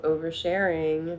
Oversharing